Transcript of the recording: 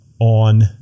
on